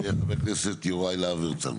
כן, חבר הכנסת יוראי להב הרצנו.